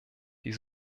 die